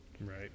Right